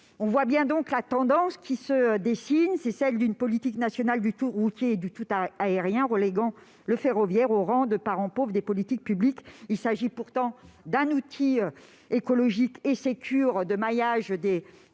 On voit donc bien la tendance qui se dessine, celle d'une politique nationale du tout-routier et du tout-aérien, reléguant le ferroviaire au rang de parent pauvre des politiques publiques. Il s'agit pourtant d'un outil écologique, fiable et sûr de maillage des territoires,